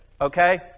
Okay